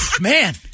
man